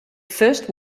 first